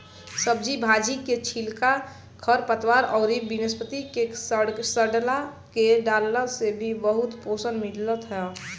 सब्जी भाजी के छिलका, खरपतवार अउरी वनस्पति के सड़आ के डालला से भी बहुते पोषण मिलत ह